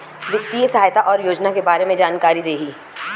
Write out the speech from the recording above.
वित्तीय सहायता और योजना के बारे में जानकारी देही?